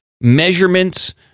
measurements